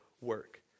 work